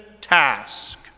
task